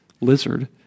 lizard